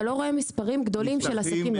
אתה לא רואה מספרים גדולים של עסקים.